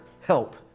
help